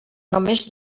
només